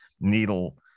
needle